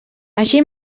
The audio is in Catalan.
així